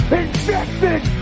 injected